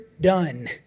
done